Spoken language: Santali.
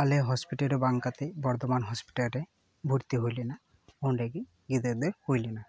ᱟᱞᱮ ᱦᱚᱥᱯᱤᱴᱟᱞ ᱨᱮ ᱵᱟᱝ ᱠᱟᱛᱮ ᱵᱚᱨᱫᱷᱚᱢᱟᱱ ᱦᱚᱥᱯᱤᱴᱟᱞ ᱨᱮ ᱵᱷᱚᱨᱛᱤ ᱦᱩᱭ ᱞᱮᱱᱟ ᱚᱸᱰᱮᱜᱮ ᱜᱤᱫᱽᱨᱟᱹ ᱫᱚᱭ ᱦᱩᱭ ᱞᱮᱱᱟ